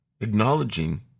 Acknowledging